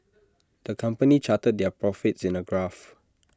the company charted their profits in A graph